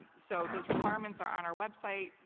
so those requirements are on our website.